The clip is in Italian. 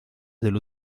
dello